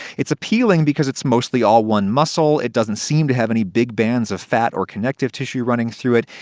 it's appealing because it's mostly all one muscle, it doesn't seem to have any big bands of fat or connective tissue running through it,